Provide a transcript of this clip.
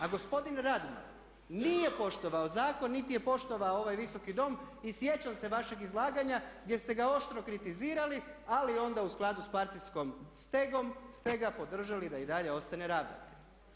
A gospodin Radman nije poštovao zakon, niti je poštovao ovaj Visoki dom i sjećam se vašeg izlaganja gdje ste ga oštro kritizirali, ali onda u skladu s partijskom stegom ste ga podržali da i dalje ostane raditi.